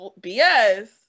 BS